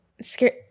Scared